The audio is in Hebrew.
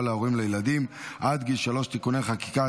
להורים לילדים עד גיל שלוש (תיקוני חקיקה),